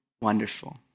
Wonderful